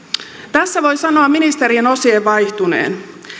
tässä voi sanoa ministerien osien vaihtuneen